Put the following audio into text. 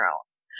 else